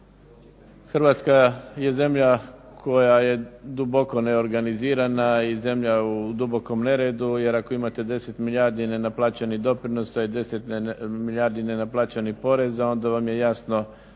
Hrvatska je zemlja koja je duboko neorganizirana i zemlja u dubokom neredu. Jer ako imate 10 milijardi nenaplaćenih doprinosa i 10 milijardi nenaplaćenih poreza onda vam je jasno